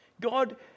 God